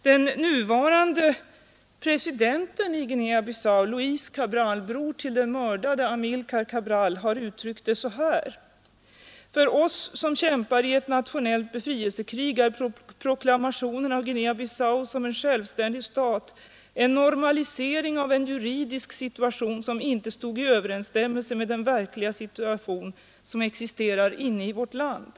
Den nuvarande presidenten i Guinea-Bissau Luiz Cabral, bror till den mördade Amilcar Cabral, har uttryckt det så här: ”För oss som kämpar i ett nationellt befrielsekrig är proklamationen av Guinea-Bissau som en självständig stat en normalisering av en juridisk situation som inte stod i överensstämmelse med den verkliga situation som existerar inne i vårt land.